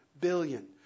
billion